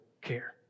care